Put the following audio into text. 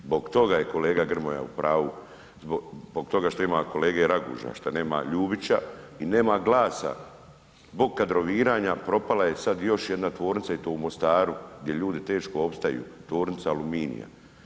Zbog toga je kolega Grmoja u pravu, zbog toga što ima kolege Raguža, što nema Ljubića i nema glasa, zbog kadroviranja propala je sad još jedna tvornica i to u Mostaru gdje ljudi teško opstaju, tvornica Aluminija.